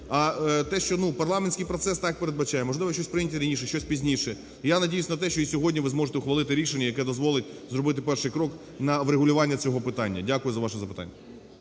проблем. Парламентський процес так передбачає, можливо, щось прийняти раніше, щось пізніше, я надіюсь на те, що і сьогодні ви зможете ухвалити рішення, яке дозволить зробити перший крок на врегулювання цього питання. Дякую за ваше запитання.